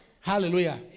Hallelujah